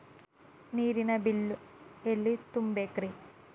ನೇರಿನ ಬಿಲ್ ಎಲ್ಲ ತುಂಬೇಕ್ರಿ?